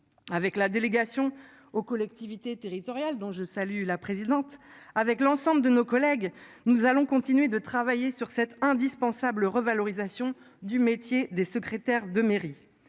avec la délégation aux collectivités territoriales dont je salue la présidente avec l'ensemble de nos collègues, nous allons continuer de travailler sur cette indispensable revalorisation du métier des secrétaires de mairie.